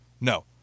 No